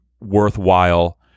worthwhile